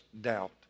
doubt